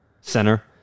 center